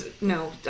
No